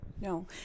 No